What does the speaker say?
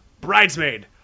Bridesmaid